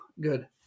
good